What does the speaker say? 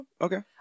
Okay